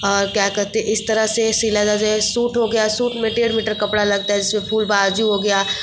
और क्या कहते इस तरह से सिला जा जाए सूट हो गया सूट में डेढ़ मीटर कपड़ा लगता है जिसमें फूल बाज़ू हो गया